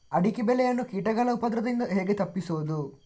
ಅಡಿಕೆ ಬೆಳೆಯನ್ನು ಕೀಟಗಳ ಉಪದ್ರದಿಂದ ಹೇಗೆ ತಪ್ಪಿಸೋದು?